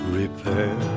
repair